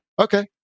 Okay